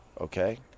okay